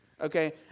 Okay